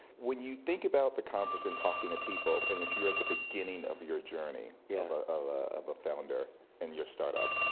when you think about the conference and talking to people, and if you're at the beginning of your journey yeah of of a founder in your startup,